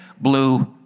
blue